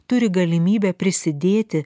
turi galimybę prisidėti